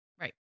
Right